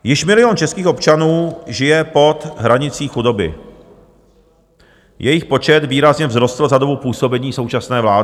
Již milion českých občanů žije pod hranicí chudoby, jejich počet výrazně vzrostl za dobu působení současné vlády.